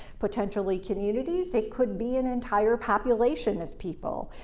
potentially, communities. it could be an entire population of people.